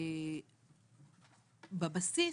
בבסיס,